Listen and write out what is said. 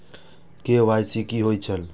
KYC कि होई छल?